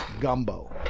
gumbo